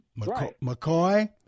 McCoy